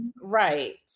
Right